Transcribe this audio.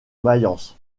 mayence